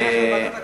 לוועדת הכנסת.